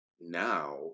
now